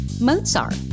Mozart